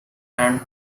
and